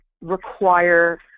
require